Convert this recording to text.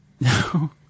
No